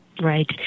Right